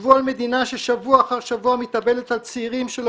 חישבו על מדינה ששבוע אחר שבוע מתאבלת על צעירים שלא